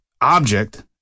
object